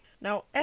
Now